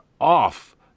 off